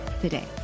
today